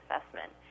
assessment